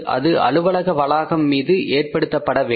அது அலுவலக வளாகம் மீது ஏற்படுத்தப்பட வேண்டும்